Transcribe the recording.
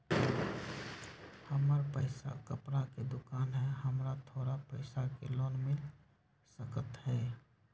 हमर कपड़ा के दुकान है हमरा थोड़ा पैसा के लोन मिल सकलई ह?